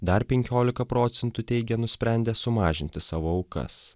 dar penkiolika procentų teigia nusprendę sumažinti savo aukas